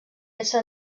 peça